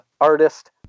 artist